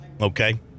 okay